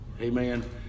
Amen